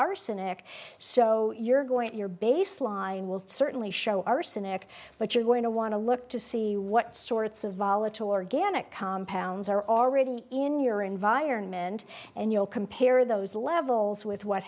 arsenic so you're going to your baseline will certainly show arsenic but you're going to want to look to see what sorts of volatile organic compounds are already in your environment and you'll compare those levels with what